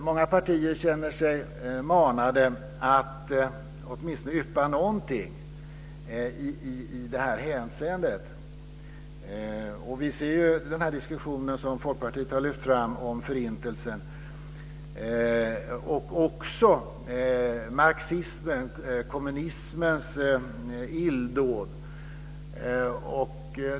Många partier känner sig manade att åtminstone yppa någonting i detta hänseende. Och vi ser den diskussion som Folkpartiet har lyft fram om Förintelsen och också om marxismen och kommunismens illdåd.